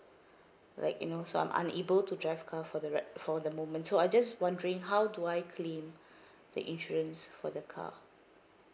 like you know so I'm unable to drive car for the right for the moment so I just wondering how do I claim the insurance for the car